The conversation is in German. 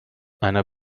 einer